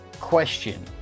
question